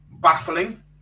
baffling